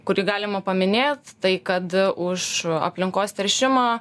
kurį galima paminėt tai kad už aplinkos teršimą